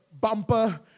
bumper